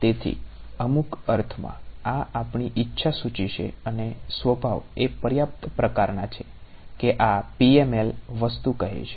તેથી અમુક અર્થમાં આ આપણી ઇચ્છા સૂચિ છે અને સ્વભાવ એ પર્યાપ્ત પ્રકારના છે કે આ PML વસ્તુ કહે છે